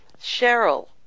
Cheryl